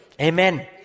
Amen